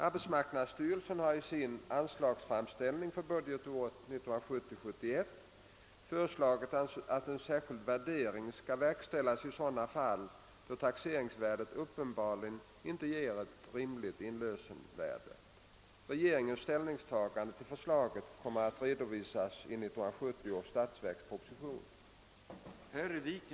Arbetsmarknadsstyrelsen har i sin anslagsframställning för budgetåret 1970/ 71 föreslagit att en särskild värdering skall verkställas i sådana fall då taxeringsvärdet uppenbarligen inte ger ett rimligt inlösenvärde. Regeringens ställningstagande till förslaget "kommer att redovisas i 1970 års statsverksproposition.